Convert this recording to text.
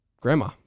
Grandma